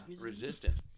resistance